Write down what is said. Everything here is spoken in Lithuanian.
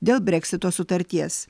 dėl breksito sutarties